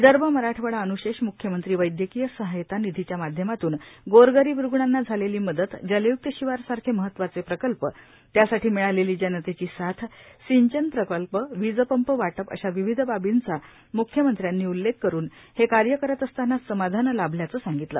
विदर्भ मराठवाडा अन्शेष म्ख्यमंत्री वैद्यकीय सहायता निधीच्या माध्यमातून गोरगरीब रुग्णांना झालेली मदत जलय्क्त शिवार सारखे महत्वाचे प्रकल्प त्यासाठी मिळालेली जनतेची साथ सिंचन प्रकल्प वीजपंप वाटप अशा विविध बाबींचा म्ख्यमंत्र्यांनी उल्लेख करुन हे कार्य करत असताना समाधान लाभल्याचे सांगितले